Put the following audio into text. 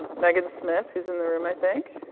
megan smith, who's in the room, i think,